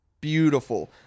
Beautiful